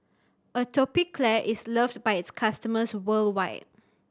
atopiclair is loved by its customers worldwide